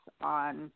on